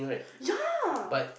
yeah